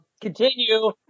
continue